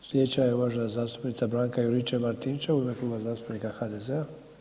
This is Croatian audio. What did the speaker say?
Sljedeća je uvažena zastupnica Branka Juričev-Martinčev u ime Kluba zastupnika HDZ-a.